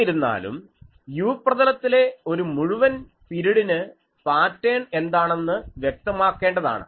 എന്നിരുന്നാലും u പ്രതലത്തിലെ ഒരു മുഴുവൻ പിരീഡിന് പാറ്റേൺ എന്താണെന്ന് വ്യക്തമാക്കേണ്ടതാണ്